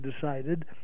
decided